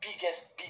biggest